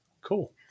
Cool